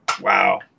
Wow